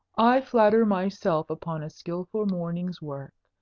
i flatter myself upon a skilful morning's work.